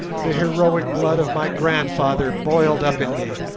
the heroic blood of my grandfather boiled up in me.